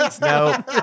No